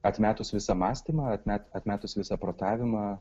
atmetus visą mąstymą atme atmetus visą protavimą